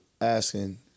asking